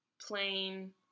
plain